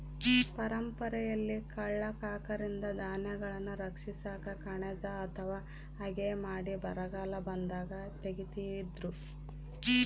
ಪರಂಪರೆಯಲ್ಲಿ ಕಳ್ಳ ಕಾಕರಿಂದ ಧಾನ್ಯಗಳನ್ನು ರಕ್ಷಿಸಾಕ ಕಣಜ ಅಥವಾ ಹಗೆ ಮಾಡಿ ಬರಗಾಲ ಬಂದಾಗ ತೆಗೀತಿದ್ರು